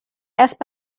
erst